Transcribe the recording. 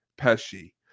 Pesci